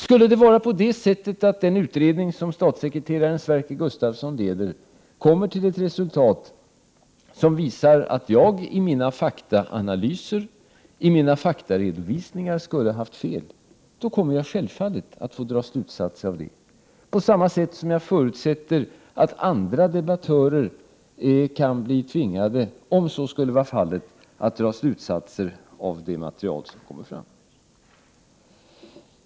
Skulle den utredning som statssekreteraren Sverker Gustavsson leder komma till ett resultat som visar att jag i mina faktaanalyser skulle ha haft fel, då kommer jag självfallet att dra slutsatser av detta, på samma sätt som jag förutsätter att andra debattörer kan bli tvingade att dra slutsatser av det material som kommer fram.